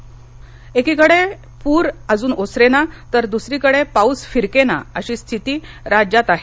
कत्रिम पाऊस एकीकडे पूर अजून ओसरेना तर दुसरीकडे पाऊस फिरकेना अशी स्थिती राज्यात आहे